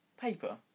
paper